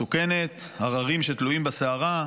מסוכנת, הררים שתלויים בשערה,